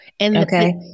Okay